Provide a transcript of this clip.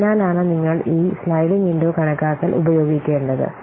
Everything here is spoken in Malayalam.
അതിനാലാണ് നിങ്ങൾ ഈ സ്ലൈഡിംഗ് വിൻഡോ കണക്കാക്കൽ ഉപയോഗിക്കേണ്ടത്